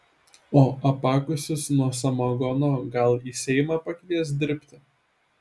o apakusius nuo samagono gal į seimą pakvies dirbti